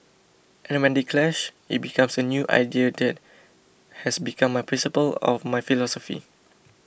and when they clash it becomes a new idea that has become my principle of my philosophy